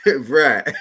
Right